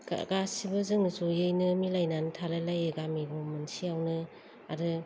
गासैबो जों जयैनो मिलायनानै थालायलायो गामि मोनसेयावनो आरो